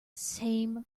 same